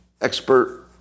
expert